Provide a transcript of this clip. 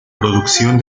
producción